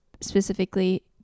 specifically